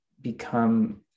become